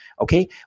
Okay